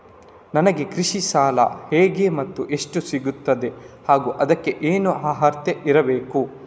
ನನಗೆ ಕೃಷಿ ಸಾಲ ಹೇಗೆ ಮತ್ತು ಎಷ್ಟು ಸಿಗುತ್ತದೆ ಹಾಗೂ ಅದಕ್ಕೆ ಏನು ಅರ್ಹತೆ ಇರಬೇಕು?